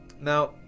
now